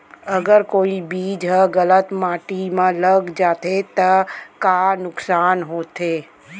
अगर कोई बीज ह गलत माटी म लग जाथे त का नुकसान होथे?